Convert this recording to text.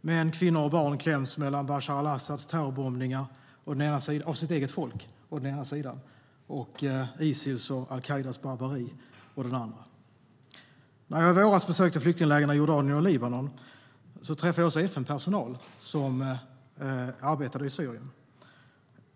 Män, kvinnor och barn kläms mellan Bashar al-Asads terrorbombningar av sitt eget folk å den ena sidan och Isils och al-Qaidas barbari å den andra. När jag i våras besökte flyktinglägren i Jordanien och Libanon träffade jag också FN-personal som arbetade i Syrien.